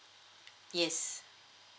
yes